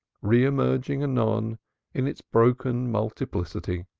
re-emerging anon in its broken multiplicity.